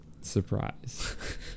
surprise